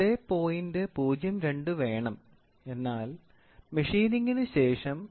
02 വേണം എന്നാൽ മെഷീനിംഗിന് ശേഷം 9